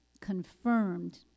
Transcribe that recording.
confirmed